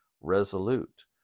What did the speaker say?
resolute